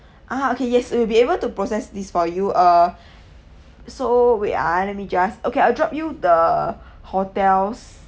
ah okay yes we'll be able to process this for you uh so wait ah let me just okay I'll drop you the hotel's